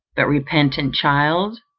but repentant child?